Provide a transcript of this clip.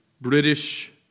British